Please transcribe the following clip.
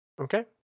Okay